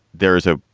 there is a